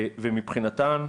מבחינתן,